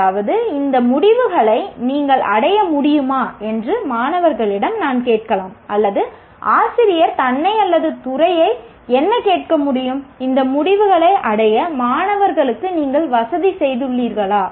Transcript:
அதாவது இந்த முடிவுகளை நீங்கள் அடைய முடியுமா என்று மாணவர்களிடம் நான் கேட்கலாம் அல்லது ஆசிரியர் தன்னை அல்லது துறையை என்ன கேட்க முடியும் இந்த முடிவுகளை அடைய மாணவர்களுக்கு நீங்கள் வசதி செய்துள்ளீர்களா